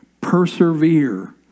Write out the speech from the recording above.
Persevere